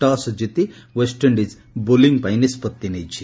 toss ଜିତି West Indies bowling ପାଇଁ ନିଷ୍ପଭି ନେଇଛି